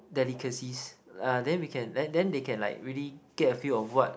delicacies uh then we can then then they can like really get a feel of what